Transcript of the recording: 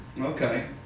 Okay